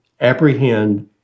apprehend